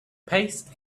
paste